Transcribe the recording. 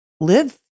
live